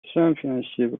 championship